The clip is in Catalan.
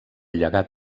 llegat